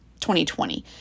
2020